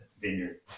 vineyard